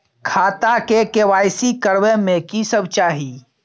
खाता के के.वाई.सी करबै में की सब चाही?